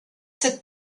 cette